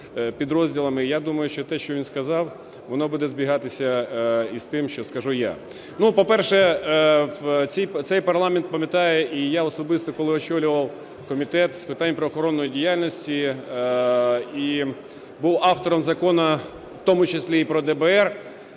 підрозділами. Я думаю, що те, що він сказав, воно буде збігатися із тим, що скажу я. По-перше, цей парламент пам'ятає, і я особисто, коли очолював Комітет з питань правоохоронної діяльності і був автором закону, в тому числі і про ДБР.